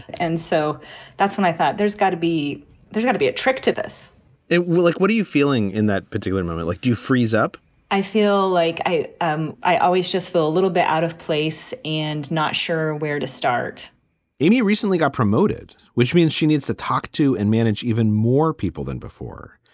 and so that's when i thought there's got to be there's got to be a trick to this they were like, what are you feeling in that particular moment? like you freeze up i feel like i, um i always just feel a little bit out of place and not sure where to start amy recently got promoted, which means she needs to talk to and manage even more people than before.